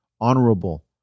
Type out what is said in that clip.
honorable